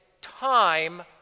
time